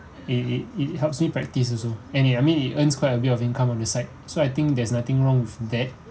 it it it helps me practice also and it I mean it earns quite a bit of income on the side so I think there's nothing wrong with that